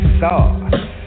sauce